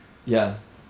ya